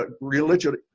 religion